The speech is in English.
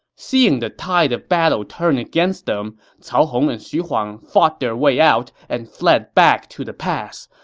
seeing the tide of battle turn against them, cao hong and xu huang fought their way out and fled back to the pass.